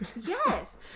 Yes